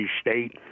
State